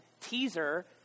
Teaser